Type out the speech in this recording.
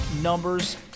numbers